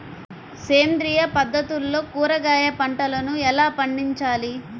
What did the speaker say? సేంద్రియ పద్ధతుల్లో కూరగాయ పంటలను ఎలా పండించాలి?